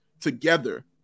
together